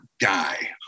guy